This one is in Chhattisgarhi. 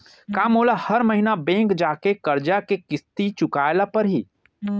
का मोला हर महीना बैंक जाके करजा के किस्ती चुकाए ल परहि?